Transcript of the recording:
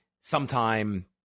sometime